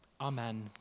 Amen